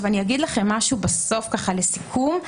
לסיכום,